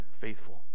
faithful